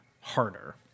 harder